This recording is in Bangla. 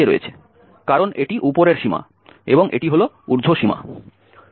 কারণ এটি উপরের সীমা অর্থাৎ এটি হল ঊর্ধ্বসীমা